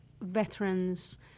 veterans